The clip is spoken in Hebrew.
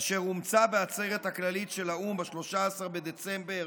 אשר אומצה בעצרת הכללית של האו"ם ב-13 בדצמבר